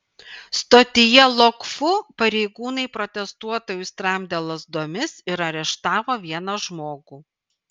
stotyje lok fu pareigūnai protestuotojus tramdė lazdomis ir areštavo vieną žmogų